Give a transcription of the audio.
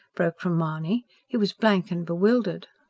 broke from mahony he was blank and bewildered.